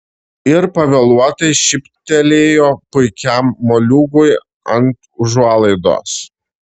ir pavėluotai šyptelėjo paikam moliūgui ant užuolaidos